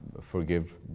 forgive